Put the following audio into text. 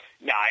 No